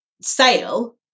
sale